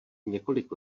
několik